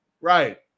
Right